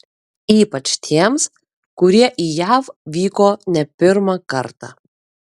ypač tiems kurie į jav vyko ne pirmą kartą